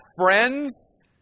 friends